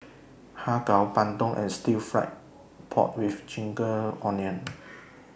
Har Kow Bandung and Stir Fried Pork with Ginger Onions